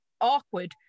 awkward